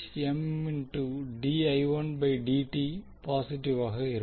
பாசிட்டிவாக இருக்கும்